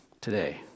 today